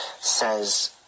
says